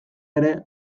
ere